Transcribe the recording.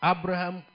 Abraham